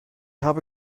habe